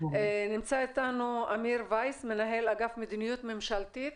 נמצא איתנו אמיר וייס, מנהל אגף מדיניות ממשלתית.